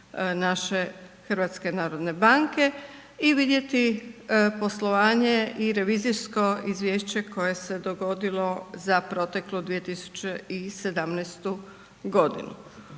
na web stranicu naše HNB-a i vidjeti poslovanje i revizijsko izvješće koje se dogodilo za proteklu 2017. godinu.